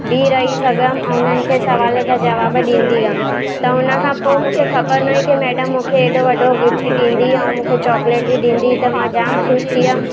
बीह रही सघियमि ऐं हुननि खे सुवाल जा जवाबु ॾींदी वयमि त हुनखां पोइ मूंखे ख़बर न हुई की मैडम मूंखे एॾो वॾो गिफ्ट ॾींदी ऐं मूंखे चॉकलेट बि ॾींदी त मां जाम ख़ुशि थी वियमि